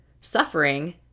suffering